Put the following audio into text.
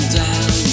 down